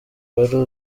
wari